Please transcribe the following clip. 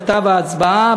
בכתב הצבעה,